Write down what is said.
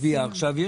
הצבעה על